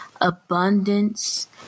abundance